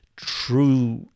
true